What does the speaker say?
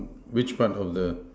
which part of the